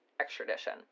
extradition